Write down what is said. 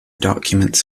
documents